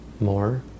more